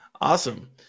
Awesome